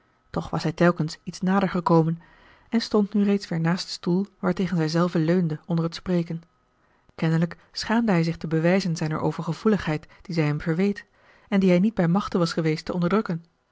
toch was hij telkens iets nader gekomen en stond nu reeds weêr naast den stoel waartegen zij zelve leunde onder het spreken kennelijk schaamde hij zich de bewijzen zijner overgevoeligheid die zij hem verweet en die hij niet bij machte was geweest te onderdrukken